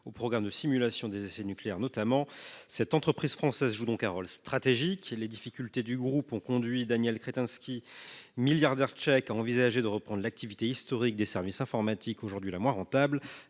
au programme de simulation des essais nucléaires, notamment. Cette entreprise française joue donc un rôle stratégique. Ses difficultés ont conduit Daniel Kretinsky, milliardaire tchèque, à envisager de reprendre l’activité historique des services informatiques, qui est aujourd’hui la moins rentable,